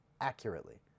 accurately